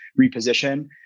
reposition